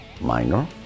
minor